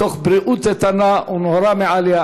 מתוך בריאות איתנה ונהורא מעליא,